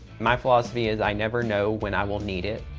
my philosophy is i never know when i will need it,